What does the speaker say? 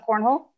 cornhole